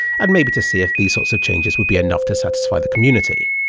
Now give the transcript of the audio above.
and maybe to see if these sorts of changes would be enough to satisfy the community.